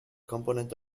component